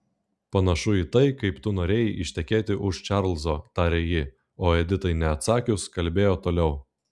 panašu į tai kaip tu norėjai ištekėti už čarlzo tarė ji o editai neatsakius kalbėjo toliau